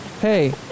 Hey